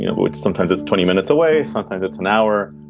you know, it's sometimes it's twenty minutes away. sometimes it's an hour